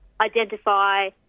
identify